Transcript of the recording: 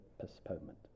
postponement